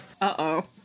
Uh-oh